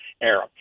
era